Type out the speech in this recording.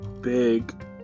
big